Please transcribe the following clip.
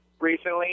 recently